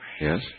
Yes